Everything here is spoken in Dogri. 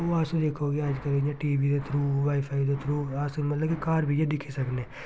ओह् अस जेह्की ओह् बी जेह्का इ'यां टी वी दे थ्रू वाई फाई दे थ्रू अस मतलब कि घर बेहियै दिक्खी सकनें